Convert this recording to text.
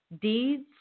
deeds